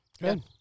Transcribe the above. good